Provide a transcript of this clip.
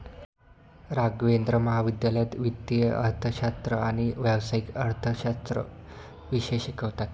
राघवेंद्र महाविद्यालयात वित्तीय अर्थशास्त्र आणि व्यावसायिक अर्थशास्त्र विषय शिकवतात